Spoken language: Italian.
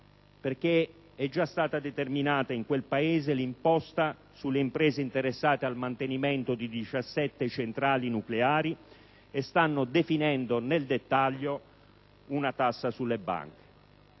infatti già stata determinata l'imposta sulle imprese interessate al mantenimento di 17 centrali nucleari e stanno definendo nel dettaglio una tassa sulle banche.